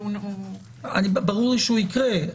ברור שהוא יקרה.